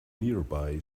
nearby